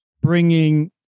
bringing